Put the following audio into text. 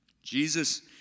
Jesus